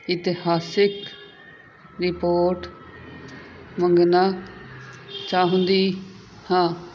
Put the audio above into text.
ਇਤਿਹਾਸਿਕ ਰਿਪੋਟ ਮੰਗਣਾ ਚਾਹੁੰਦੀ ਹਾਂ